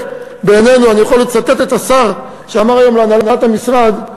אני יכול לצטט את השר, שאמר היום להנהלת המשרד: